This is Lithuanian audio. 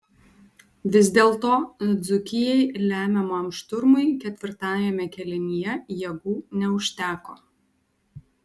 vis dėlto dzūkijai lemiamam šturmui ketvirtajame kėlinyje jėgų neužteko